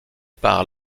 par